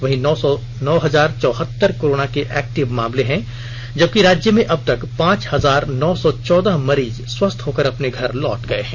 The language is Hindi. वहीं नौ हजार चौहत्तर कोरोना के एक्टिव मामले हैं जबकि राज्य में अबतक पांच हजार नौ सौ चौदह मरीज स्वस्थ होकर अपने घर लौट गये हैं